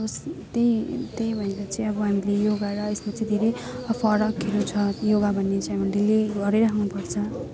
त्यही त्यही भएर चाहिँ अब हामीले योगा र यसमा चाहिँ धेरै फरकहरू छ योगा भन्ने चाहिँ अब डेली गरिरहनु पर्छ